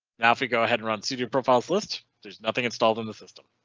now if you go ahead and run cd profiles list. there's nothing installed in the system.